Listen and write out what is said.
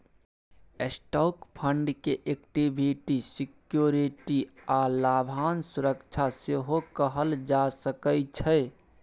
stock fund के equity security आ लाभांश सुरक्षा सेहो कहल जा सकइ छै